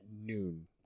noon